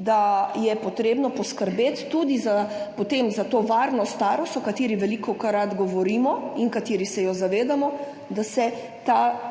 da je potrebno poskrbeti tudi za potem za to varno starost, o kateri velikokrat govorimo in kateri se jo zavedamo, da se ta del